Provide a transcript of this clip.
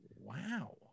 Wow